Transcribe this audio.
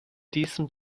diesem